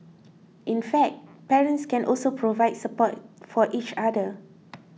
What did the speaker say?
in fact parents can also provide support for each other